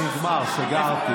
נגמר, סגרתי,